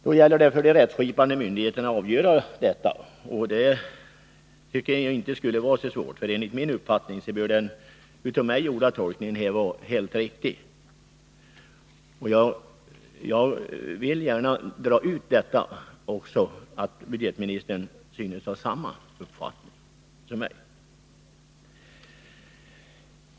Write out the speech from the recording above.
Det gäller för de rättstillämpande myndigheterna att avgöra detta, och det tycker jag inte skulle vara så svårt. Enligt min uppfattning bör den av mig gjorda tolkningen vara riktig. Jag vill gärna utläsa ur svaret att budgetministern synes ha samma uppfattning som jag.